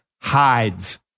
hides